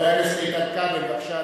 חבר הכנסת איתן כבל, בבקשה,